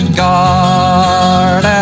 guard